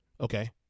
Okay